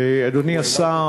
אדוני השר,